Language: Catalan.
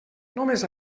només